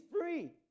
free